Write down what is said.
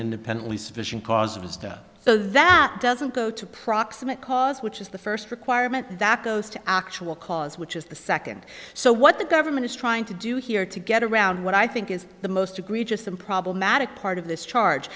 independently sufficient cause of his death so that doesn't go to proximate cause which is the first requirement that goes to actual cause which is the second so what the government is trying to do here to get around what i think is the most egregious and problematic part of this charge